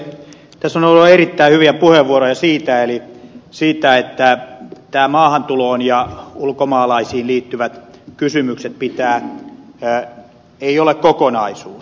tässä on ollut erittäin hyviä puheenvuoroja siitä että tähän maahantuloon ja ulkomaalaisiin liittyvät kysymykset eivät ole kokonaisuus